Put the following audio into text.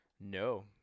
No